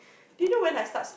do you when I start school